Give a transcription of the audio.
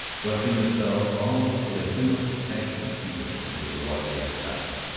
thrusting themselves almost with a human, passionate eagerness into the water they had found.